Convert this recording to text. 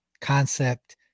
concept